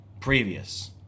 previous